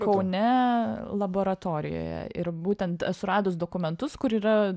kaune laboratorijoje ir būtent esu radus dokumentus kur yra